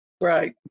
Right